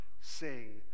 sing